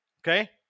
Okay